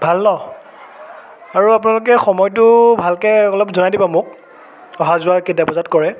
ভাল ন আৰু আপোনালোকে সময়টো ভালকৈ অলপ জনাই দিব মোক অহা যোৱা কেইটা বজাত কৰে